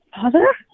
Father